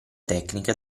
tecnica